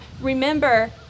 remember